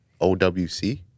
owc